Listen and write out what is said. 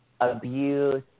abuse